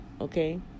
okay